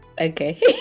okay